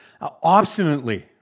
obstinately